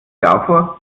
davor